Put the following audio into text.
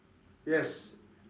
yes